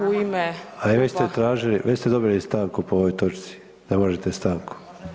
A i vi ste tražili, već ste dobili stanku po ovoj točci, ne možete stanku.